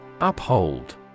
Uphold